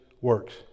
works